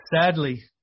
sadly